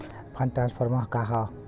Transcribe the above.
Fund transfer का हव?